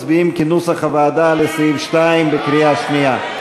מצביעים כנוסח הוועדה על סעיף 2, בקריאה שנייה.